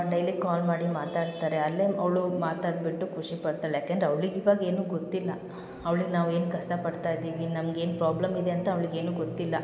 daily call ಮಾಡಿ ಮಾತಾಡ್ತಾರೆ ಅಲ್ಲೇ ಅವಳು ಮಾತಾಡಿಬಿಟ್ಟು ಖುಷಿಪಡ್ತಾಳೆ ಯಾಕಂದರೆ ಅವ್ಳಿಗೆ ಇವಾಗ ಏನೂ ಗೊತ್ತಿಲ್ಲ ಅವ್ಳಿಗೆ ನಾವು ಏನು ಕಷ್ಟಪಡ್ತಾ ಇದ್ದೀವಿ ನಮ್ಗೆ ಏನು ಪ್ರಾಬ್ಲಮ್ ಇದೆ ಅಂತ ಅವ್ಳಿಗೆ ಏನೂ ಗೊತ್ತಿಲ್ಲ